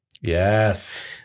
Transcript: Yes